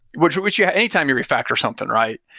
which but which yeah anytime you refactor something, right?